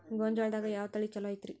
ಗೊಂಜಾಳದಾಗ ಯಾವ ತಳಿ ಛಲೋ ಐತ್ರಿ?